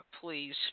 please